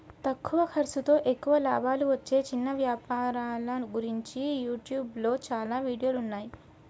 తక్కువ ఖర్సుతో ఎక్కువ లాభాలు వచ్చే చిన్న వ్యాపారాల గురించి యూట్యూబ్లో చాలా వీడియోలున్నయ్యి